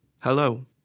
Hello